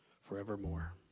forevermore